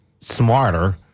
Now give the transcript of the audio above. smarter